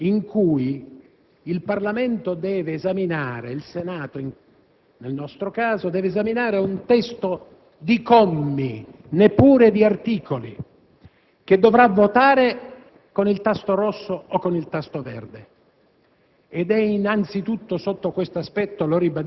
ma mai si era arrivati al punto odierno, in cui il Parlamento (il Senato, nel nostro caso) deve esaminare un testo di commi, neppure di articoli, che dovrà votare con il tasto rosso o con il tasto verde.